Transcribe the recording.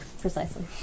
Precisely